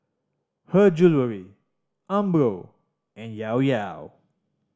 Her Jewellery Umbro and Llao Llao